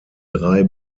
drei